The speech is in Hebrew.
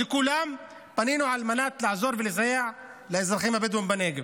לכולם פנינו על מנת לעזור ולסייע לאזרחים הבדואים בנגב,